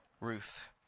Ruth